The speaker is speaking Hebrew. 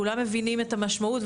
כולם מבינים את המשמעות.